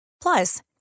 Plus